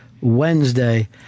Wednesday